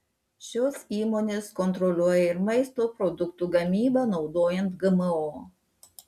šios įmonės kontroliuoja ir maisto produktų gamybą naudojant gmo